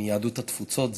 מיהדות התפוצות.